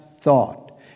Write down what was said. thought